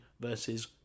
versus